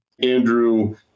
Andrew